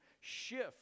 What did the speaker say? shift